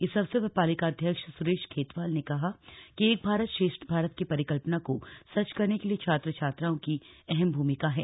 इस अवसर पर पालिकाध्यक्ष सुरेश खेतवाल ने कहा कि एक भारत श्रेष्ठ भारत की परिकल्पना को सच करने के लिए छात्र छात्राओं की अहम भूमिका है